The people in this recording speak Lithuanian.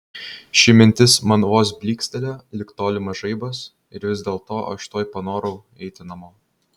ši mintis man vos blykstelėjo lyg tolimas žaibas ir vis dėlto aš tuoj panorau eiti namo